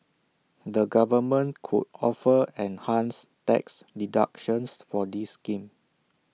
the government could offer enhanced tax deductions for this scheme